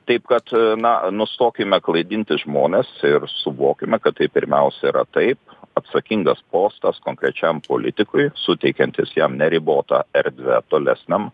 taip kad na nustokime klaidinti žmones ir suvokime kad tai pirmiausia yra taip atsakingas postas konkrečiam politikui suteikiantis jam neribotą erdvę tolesniam